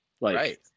Right